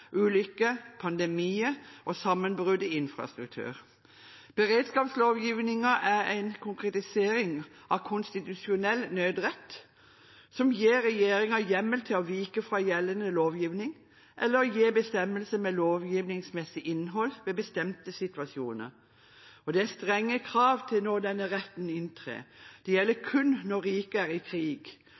ulykker, pandemier og sammenbrudd i infrastruktur. Beredskapslovgivningen er en konkretisering av konstitusjonell nødrett som gir regjeringen hjemmel til å vike fra gjeldende lovgivning eller gi bestemmelser med lovgivningsmessig innhold i bestemte situasjoner. Det er strenge krav til når denne retten inntrer – det gjelder kun når riket er i krig,